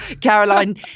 Caroline